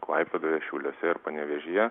klaipėdoje šiauliuose ir panevėžyje